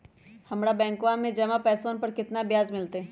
हम्मरा बैंकवा में जमा पैसवन पर कितना ब्याज मिलतय?